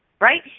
Right